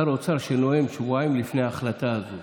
שר אוצר שנואם שבועיים לפני ההחלטה הזו